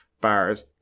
bars